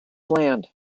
land